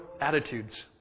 attitudes